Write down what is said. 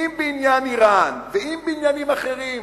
אם בעניין אירן ואם בעניינים אחרים: